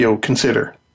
consider